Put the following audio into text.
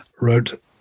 wrote